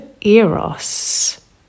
eros